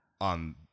on